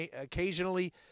occasionally